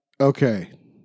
okay